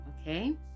okay